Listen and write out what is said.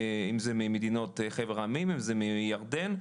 אם זה ממדינות חבר העמים, אם זה מירדן.